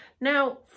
Now